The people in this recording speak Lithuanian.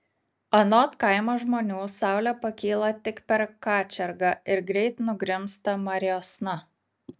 anot kaimo žmonių saulė pakyla tik per kačergą ir greit nugrimzta mariosna